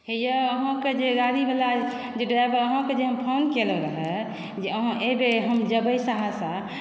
हेयौ अहाँकेँ जे गाड़ी वाला जे ड्राइवर अहाँकेॅं जे हम फोन केने रहौं जे अहाँ एबै हम जेबै सहरसा